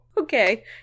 Okay